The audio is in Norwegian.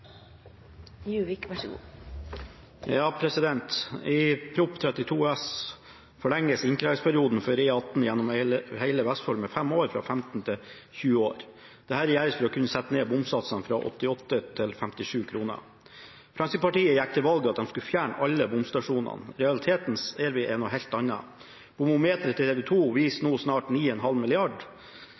I Prop. 32 S forlenges innkrevingsperioden for E18 gjennom hele Vestfold med fem år, fra 15 til 20 år. Dette gjøres for å kunne sette ned bomsatsene fra 88 kr til 57 kr. Fremskrittspartiet gikk til valg på at de skulle fjerne alle bomstasjonene. Realiteten er en helt annen. Bomometeret til TV 2 viser nå snart 9,5